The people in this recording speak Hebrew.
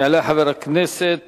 יעלה חבר הכנסת